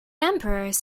emperors